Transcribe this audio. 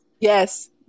yes